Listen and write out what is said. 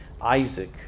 Isaac